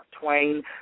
Twain